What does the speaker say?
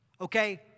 okay